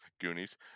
Goonies